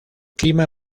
clima